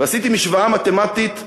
ועשיתי משוואה מתמטית בראש: